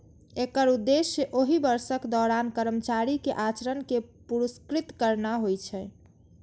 एकर उद्देश्य ओहि वर्षक दौरान कर्मचारी के आचरण कें पुरस्कृत करना होइ छै